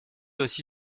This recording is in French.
aussi